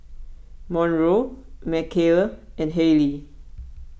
Monroe Mckayla and Hayley